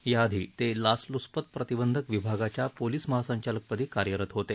याआधी ते लाचलूचपत प्रतिबंधक विभागाच्या पोलीस महासंचालकपदी कार्यरत होते